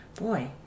Boy